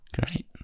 great